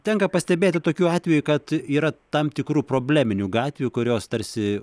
tenka pastebėti tokių atvejų kad yra tam tikrų probleminių gatvių kurios tarsi